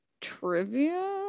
trivia